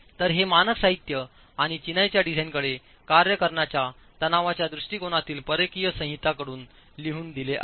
तर हे मानक साहित्य आणि चिनाईच्या डिझाइनकडे कार्य करण्याच्या तणावाच्या दृष्टिकोणातील परकीय संहितांकडून लिहून दिले आहेत